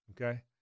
Okay